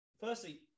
firstly